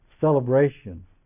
celebration